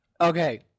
Okay